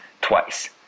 twice